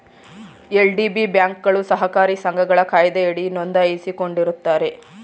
LDB ಬ್ಯಾಂಕ್ಗಳು ಸಹಕಾರಿ ಸಂಘಗಳ ಕಾಯ್ದೆಯಡಿ ನೊಂದಾಯಿಸಿಕೊಂಡಿರುತ್ತಾರೆ